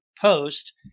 post